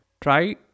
try